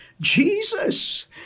Jesus